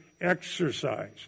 exercise